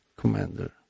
commander